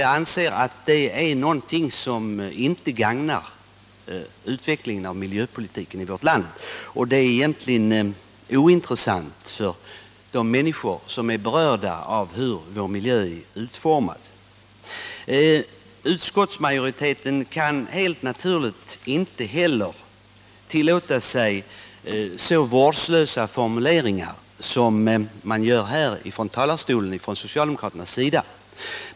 Jag anser nämligen att det är någonting som inte gagnar utvecklingen av miljöpolitiken i vårt land, och det är egentligen ointressant för de människor som är berörda av hur vår miljö är utformad. Utskottsmajoriteten kan helt naturligt inte heller tillåta sig så vårdslösa formuleringar som socialdemokraterna gör från den här talarstolen.